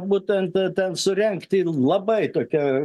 būtent ten surengti labai tokią